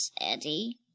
Eddie